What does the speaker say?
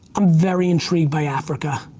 i'm very intrigued by africa.